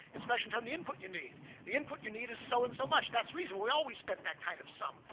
it's measured on the input you need. the input you need is so and so much. that's reasonable. we always spent that kind of sum.